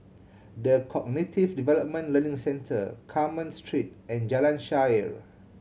The Cognitive Development Learning Centre Carmen Street and Jalan Shaer